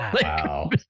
Wow